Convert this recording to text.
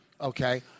okay